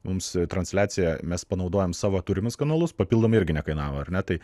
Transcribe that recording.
mums transliacijai mes panaudojom savo turimus kanalus papildomai irgi nekainavo ar ne tai